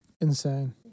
Insane